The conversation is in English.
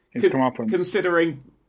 considering